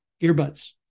earbuds